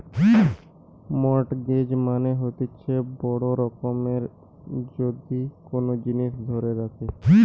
mortgage মানে হতিছে বড় রকমের যদি কোন জিনিস ধরে রাখে